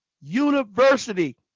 university